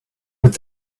with